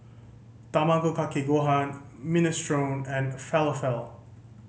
Tamago Kake Gohan Minestrone and Falafel